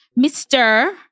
Mr